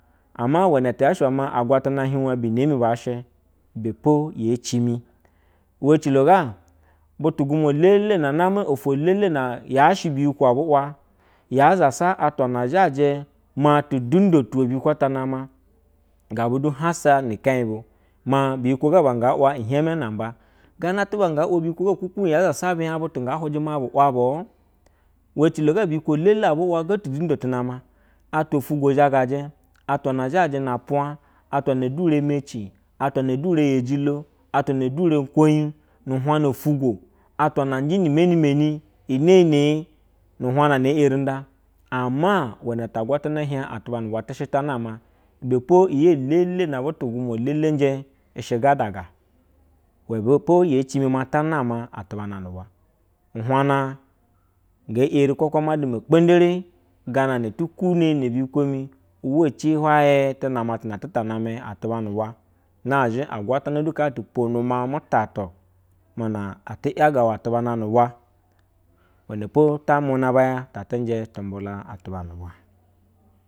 Ama iwane ti yaa she iwe maa agwatana hiejwa bi nee mi baashɛ, ibɛ po yee cimi. Iwɛ ecilo go, butu gwumwa elele na name ofwo elele na yaa she biyikwo abu wa yaa zasa atwa na zhaje mo tu dundo tiwe biyikwo nama gabudu hansa ni ikɛnyɛ bu maa biyikwo ga ba nga wa iheimɛ namba. Gaa na yuba nga wo biyi kwo ga kwukwud yaa zasa benye butu ngaa hwujɛ maabu wa buu? Iwe ecilo ga biyikwo elele ebu wo ga tudundo tu nama. Atwa fwugwo zhagaje. Atwa na zhaje na apwaj atwa dure emeci atwa dure eyejilo, atwa dure nkuwoyu, nu uhwajna ufwugwo, atwa na nje ni imenimeni, ineenee, nu uhwajna na ee eri nda, ama iwenɛ ta agwatana hiej atuba bu bwa te she ta nama, ibɛpo iyi elele na butu gwunwa elele nje i shɛ gadaga. Iwebe po yee cimi maa ta nama atubano nu bwa. Uhwajna nge yeri kwakwo ma duma kpejdere gana na kwakwo ma duma kpejdere gana na eto kwune ne biyikwo mi uwa ci hwayɛ tu nama nazhe agwatana du kaa tu pwanwo atuba na nu bwa. Iwenɛ po ta muna baya ta atɛ njɛ tumbula atuba nu bwa.